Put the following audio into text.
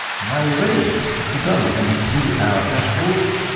now we're ready, that's all done. we can visit our dashboard.